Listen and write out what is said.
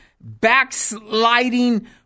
backsliding